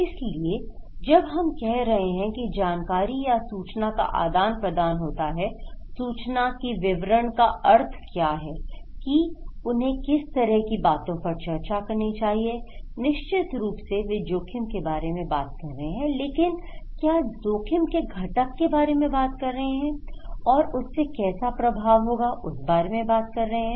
इसलिए जब हम कह रहे हैं कि जानकारी या सूचना का आदान प्रदान होता है सूचना की विवरण का अर्थ क्या है कि उन्हें किस तरह की बातों पर चर्चा करनी चाहिए निश्चित रूप से वे जोखिम के बारे में बात कर रहे हैं लेकिन क्या जोखिम के घटक के बारे में बात कर रहे हैं और उससे कैसा प्रभाव होगा उस बारे में बात कर रहे हैं